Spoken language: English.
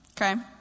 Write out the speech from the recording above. Okay